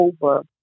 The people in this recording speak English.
over